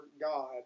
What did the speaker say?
God